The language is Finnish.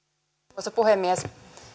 arvoisa puhemies